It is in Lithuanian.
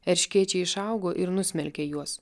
erškėčiai išaugo ir nusmelkė juos